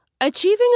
Achieving